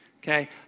Okay